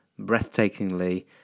breathtakingly